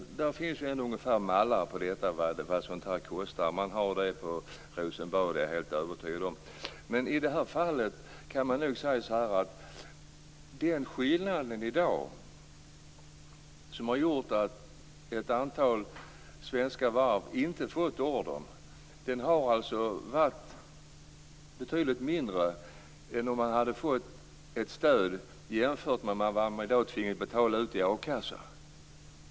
Det finns dock mallar för vad sådant här ungefär kostar. Jag är helt övertygad om att man har sådana på Rosenbad. Men i det här fallet kan man nog säga att dagens skillnad, som alltså gjort att ett antal svenska varv inte fått order, är betydligt mindre än vad man i dag tvingas betala ut i a-kassa.